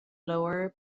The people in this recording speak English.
lower